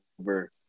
over